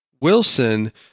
Wilson